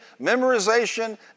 memorization